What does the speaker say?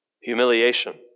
humiliation